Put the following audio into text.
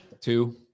two